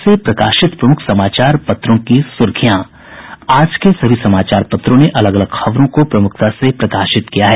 अब पटना से प्रकाशित प्रमुख समाचार पत्रों की सुर्खियां आज के सभी समाचार पत्रों ने अलग अलग खबरों को प्रमुखता से प्रकाशित किया है